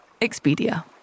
Expedia